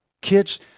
Kids